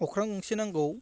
अख्रां गंसे नांगौ